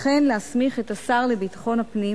וכן להסמיך את השר לביטחון הפנים,